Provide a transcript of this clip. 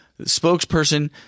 spokesperson